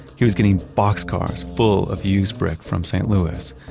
he was getting boxcars full of used brick from st. louis.